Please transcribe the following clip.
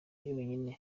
yonyine